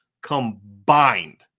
combined